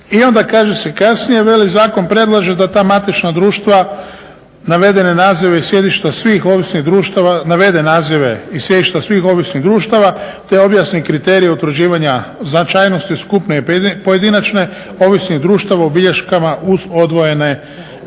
navedene nazive i sjedišta svih ovisnih društava, navede naziva i sjedište svih ovisnih društava te objasni kriterij utvrđivanja značajnosti skupne ili pojedinačne ovisnih društava u bilješkama uz odvojene godišnje,